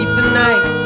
tonight